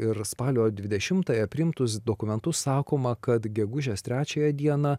ir spalio dvidešimtąją priimtus dokumentus sakoma kad gegužės trečąją dieną